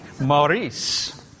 Maurice